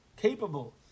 capable